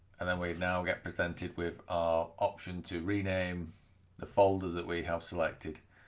and then we now get presented with our option to rename the folder that we have selected.